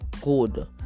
good